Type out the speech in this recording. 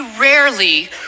rarely